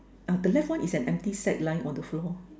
uh the left one is an empty sack lying on the floor